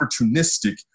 opportunistic